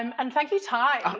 um and thank you, tai?